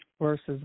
versus